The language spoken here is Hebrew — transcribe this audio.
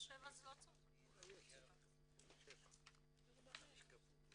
לא נראה לי שאפשר להגדיר.